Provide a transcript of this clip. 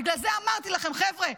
בגלל זה אמרתי לכם: חבר'ה,